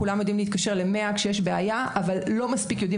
כולם יודעים להתקשר ל-100 כשיש בעיה אבל לא מספיק יודעים